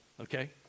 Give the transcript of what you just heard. okay